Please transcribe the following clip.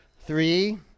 Three